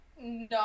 no